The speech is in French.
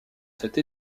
cette